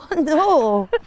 no